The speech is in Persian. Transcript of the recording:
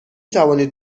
توانید